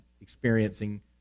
experiencing